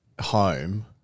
home